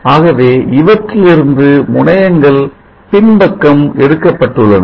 ஆகவே இவற்றிலிருந்து முனையங்கள் பின்பக்கம் எடுக்கப்பட்டுள்ளன